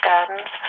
Gardens